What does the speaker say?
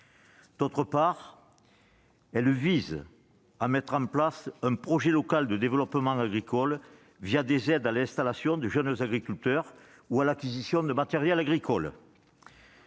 d'autre part, elles tendent à mettre en place un projet local de développement agricole au moyen d'aides à l'installation de jeunes agriculteurs ou à l'acquisition de matériel agricole.